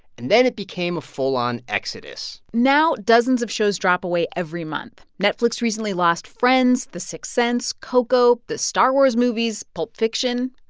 and then it became a full-on exodus now dozens of shows drop away every month. netflix recently lost friends, the sixth sense, coco, the star wars movies, pulp fiction.